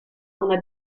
una